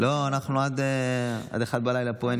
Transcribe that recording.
לא, אנחנו עד 01:00 פה.